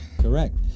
Correct